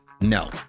No